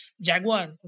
Jaguar